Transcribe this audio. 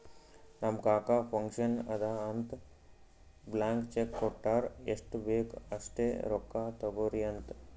ನಮ್ ಕಾಕಾ ಫಂಕ್ಷನ್ ಅದಾ ಅಂತ್ ಬ್ಲ್ಯಾಂಕ್ ಚೆಕ್ ಕೊಟ್ಟಾರ್ ಎಷ್ಟ್ ಬೇಕ್ ಅಸ್ಟ್ ರೊಕ್ಕಾ ತೊಗೊರಿ ಅಂತ್